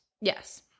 Yes